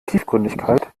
tiefgründigkeit